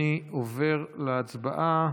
אני עובר להצבעה.